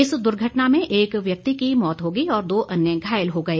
इस दुर्घटना में एक व्यक्ति की मौत हो गई और दो अन्य घायल हो गए